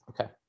Okay